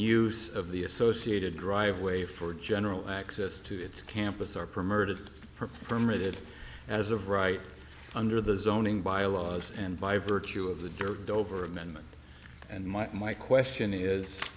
use of the associated driveway for general access to its campus are promoted permitted as of right under the zoning bylaws and by virtue of the dirt over amendment and mike my question is